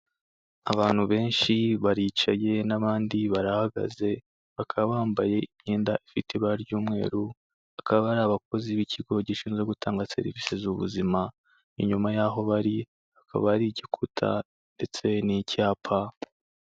Abantu benshi baricaye n'abandi barahagaze, bakaba bambaye imyenda ifite ibara ry'umweru, akaba ari abakozi b'ikigo gishinzwe gutanga serivisi z'ubuzima, inyuma yaho bari hakaba ari igikuta ndetse n'icyapa.